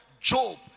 Job